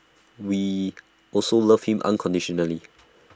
we also love him unconditionally